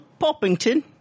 Poppington